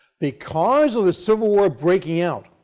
because of the civil war breaking out,